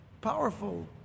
powerful